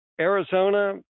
Arizona